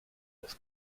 das